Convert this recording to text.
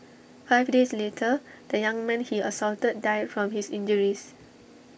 five days later the young man he assaulted died from his injuries